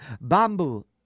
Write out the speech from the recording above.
Bamboo